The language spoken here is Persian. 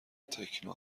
تکنو